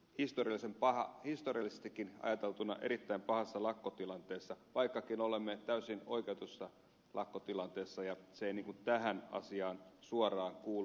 me olemme ehkä historiallisestikin ajateltuna erittäin pahassa lakkotilanteessa vaikkakin olemme täysin oikeutetussa lakkotilanteessa ja se ei tähän asiaan suoraan kuulu